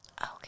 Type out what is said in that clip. Okay